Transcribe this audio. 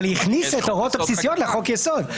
אבל היא הכניסה את ההוראות הבסיסיות לחוק יסוד.